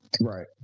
Right